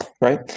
right